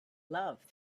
love